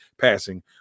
passing